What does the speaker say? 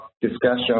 discussion